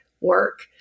work